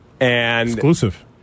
Exclusive